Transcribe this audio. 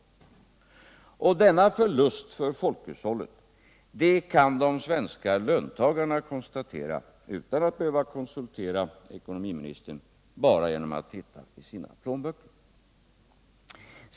Och den förlusten för folkhushållet 'kan de svenska löntagarna, utan att konsultera ceckonomiministern, konstatera bara genom att titta I sina plånböcker.